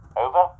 Over